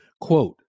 Quote